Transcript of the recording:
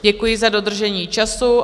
Děkuji za dodržení času.